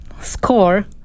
score